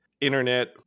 internet